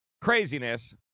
craziness